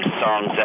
songs